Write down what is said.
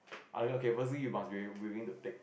uh okay firstly you must willing to take